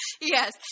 Yes